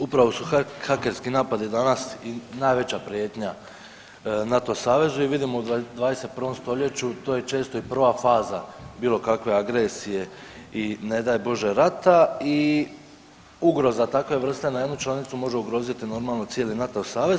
Upravo su hakerski napadi danas i najveća prijetnja NATO savezu i vidimo u 21. st., to je često i prva faza bilo kakve agresije i ne daj Bože rata i ugroza takve vrste na jednu članicu može ugroziti normalno, cijeli NATO savez.